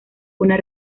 una